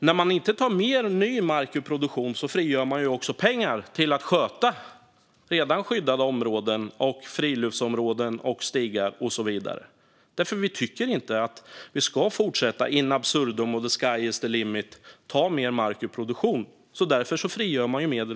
När man inte tar ny mark ur produktion frigör man också pengar till att sköta redan skyddade områden, friluftsområden, stigar och så vidare. Vi tycker nämligen inte att vi in absurdum ska fortsätta - som om the sky is the limit - ta mer mark ur produktion. På det sättet frigör man medel.